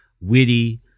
witty